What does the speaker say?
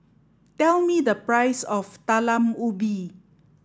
tell me the price of talam ubi